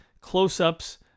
close-ups